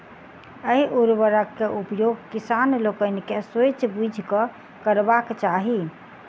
एहि उर्वरक के उपयोग किसान लोकनि के सोचि बुझि कअ करबाक चाही